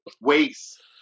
waste